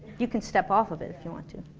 you can step off of it if you want to